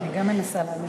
אני גם מנסה להבין.